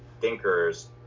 thinkers